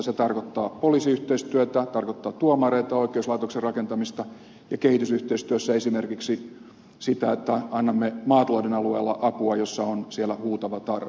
se tarkoittaa poliisiyhteistyötä se tarkoittaa tuomareita oikeuslaitoksen rakentamista ja kehitysyhteistyössä esimerkiksi sitä että annamme maatalouden alueella apua mille siellä on huutava tarve